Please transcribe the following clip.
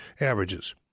averages